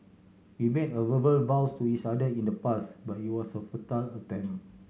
we made verbal vows to each other in the past but it was a futile attempt